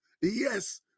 Yes